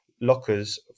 lockers